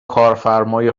کارفرمای